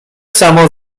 samo